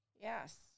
Yes